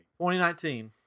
2019